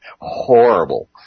horrible